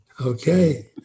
Okay